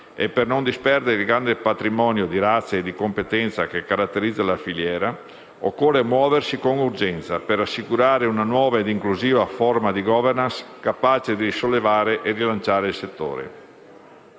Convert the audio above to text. e, per non disperdere il grande patrimonio di razze e di competenza che caratterizza la filiera, occorre muoversi con urgenza, per assicurare una nuova ed inclusiva forma di *governance*, capace di risollevare e rilanciare il settore.